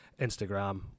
Instagram